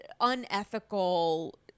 unethical